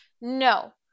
no